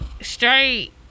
Straight